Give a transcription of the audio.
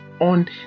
on